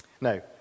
No